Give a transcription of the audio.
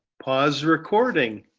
pause recording